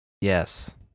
Yes